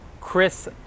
Chris